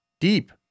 deep